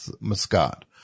mascot